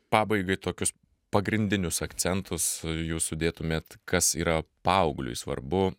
pabaigai tokius pagrindinius akcentus jūs sudėtumėt kas yra paaugliui svarbu